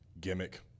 gimmick